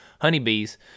honeybees